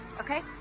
Okay